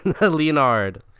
Leonard